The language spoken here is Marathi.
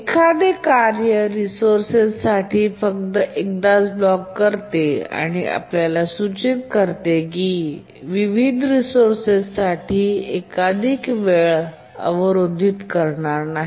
एखादे कार्य रिसोर्ससाठी फक्त एकदाच ब्लॉक करते आणि आपल्याला सूचित करतो की हे विविध रिसोर्संसाठी एकाधिक वेळा अवरोधित करणार नाही